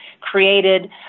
created